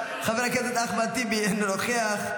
חבר הכנסת אחמד טיבי, אינו נוכח,